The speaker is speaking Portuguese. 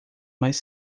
mais